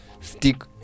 stick